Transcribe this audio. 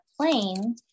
plane